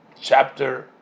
chapter